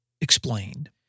explained